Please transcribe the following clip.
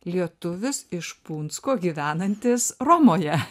lietuvis iš punsko gyvenantis romoje